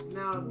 now